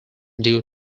due